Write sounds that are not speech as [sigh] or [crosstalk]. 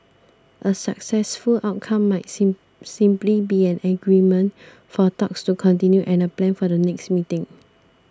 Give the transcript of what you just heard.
a successful outcome might [unintelligible] simply be an agreement for talks to continue and a plan for the next meeting